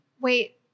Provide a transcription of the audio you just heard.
Wait